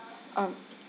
uh